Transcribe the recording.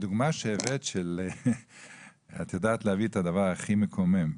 הדוגמה שהבאת, את יודעת להביא את הדבר הכי מקומם.